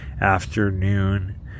afternoon